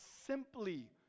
simply